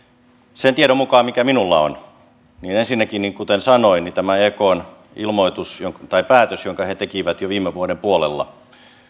sen tiedon mukaan mikä minulla on ensinnäkin kuten sanoin tämä ekn ilmoitus tai päätös jonka he he tekivät jo viime vuoden puolella